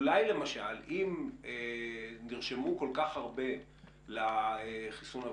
אולי למשל אם נרשמו כל כך הרבה לחיסון הרוסי,